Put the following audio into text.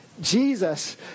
Jesus